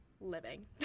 living